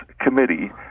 committee